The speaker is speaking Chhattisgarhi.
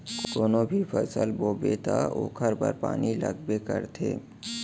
कोनो भी फसल बोबे त ओखर बर पानी लगबे करथे